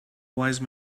wise